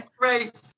Right